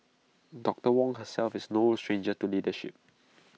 doctor Wong herself is no stranger to leadership